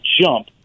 jump